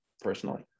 personally